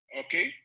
okay